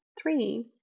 three